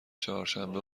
چهارشنبه